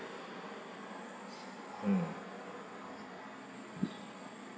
mm